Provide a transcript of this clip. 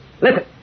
Listen